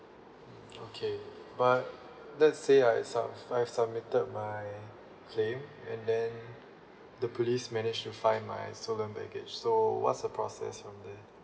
mm okay but let's say I sub~ I submitted my claim and then the police manage to find my stolen baggage so what's the process from there